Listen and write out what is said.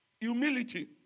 Humility